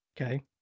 Okay